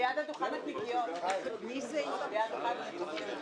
אדוני השר,